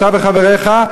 אתה וחבריך,